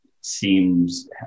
seems